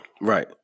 Right